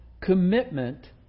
commitment